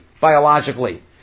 biologically